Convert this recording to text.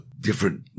different